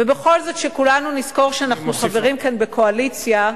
ובכל זאת שכולנו נזכור שאנחנו חברים כאן בקואליציה,